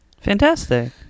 Fantastic